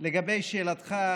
לגבי שאלתך,